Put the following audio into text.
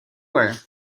wear